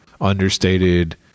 understated